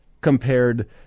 compared